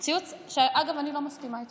ציוץ, שאגב, אני לא מסכימה איתו.